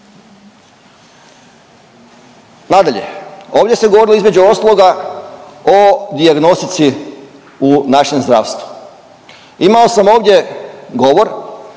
Nadalje, ovdje ste govorili između ostaloga o dijagnostici u našem zdravstvu. Imao sam ovdje govor